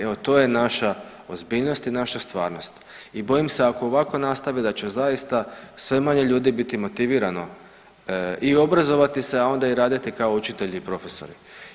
Evo, to je naša ozbiljnost i naša stvarnost i bojim se, ako ovako nastavi, da će zaista sve manje ljudi biti motivirano i obrazovati se, a onda i raditi kao učitelji i profesori.